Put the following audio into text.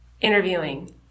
interviewing